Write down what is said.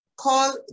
Call